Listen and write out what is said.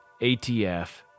ATF